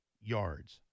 yards